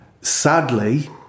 Sadly